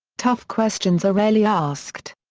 tough questions are rarely asked.